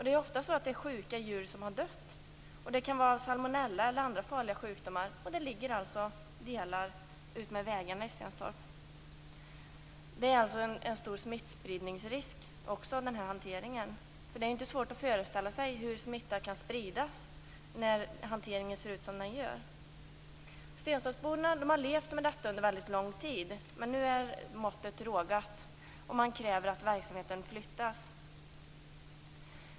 Det är ofta sjuka djur som har dött och som kan ha haft salmonella eller andra farliga sjukdomar. Delar av dessa djur ligger alltså utmed vägarna i Stenstorp. Denna hantering innebär alltså en stor smittspridningsrisk. Det är ju inte svårt att föreställa sig hur smittan kan spridas när hanteringen ser ut som den gör. Stenstorpsborna har levt med detta under mycket lång tid, men nu är måttet rågat, och de kräver att verksamheten flyttas.